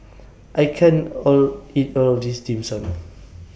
I can't All eat All of This Dim Sum